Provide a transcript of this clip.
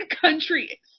country